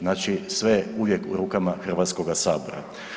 Znači sve je uvijek u rukama Hrvatskoga sabora.